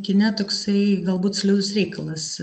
kine toksai galbūt slidus reikalas